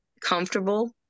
comfortable